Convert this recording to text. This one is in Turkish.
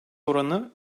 oranı